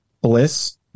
Bliss